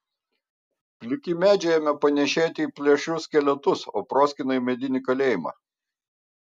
pliki medžiai ėmė panėšėti į plėšrius skeletus o proskyna į medinį kalėjimą